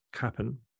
happen